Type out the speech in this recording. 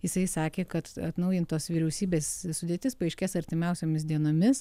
jisai sakė kad atnaujintos vyriausybės sudėtis paaiškės artimiausiomis dienomis